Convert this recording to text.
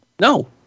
No